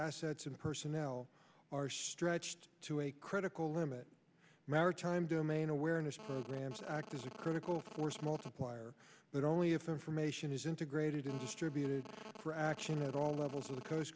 assets and personnel are stretched to a critical limit maritime domain awareness programs act as a critical force multiplier but only if information is integrated into distributed for action at all levels of the coast